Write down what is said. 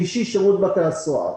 ושלישיים שירות בתי הסוהר.